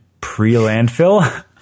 pre-landfill